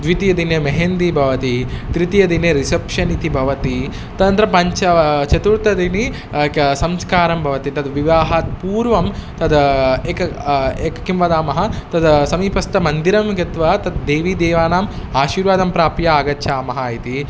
द्वितीयदिने मेहन्दी भवति तृतीयदिने रिसेप्षन् इति भवति तदनन्तरं पञ्चमचतुर्थदिने क संस्कारं भवति तद् विवाहात् पूर्वं तद् एकम् एकं किं वदामः तद् समीपस्थमन्दिरं गत्वा तद् दैवीवेदानाम् आशीर्वादं प्राप्य आगच्छामः इति